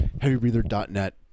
Heavybreather.net